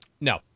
no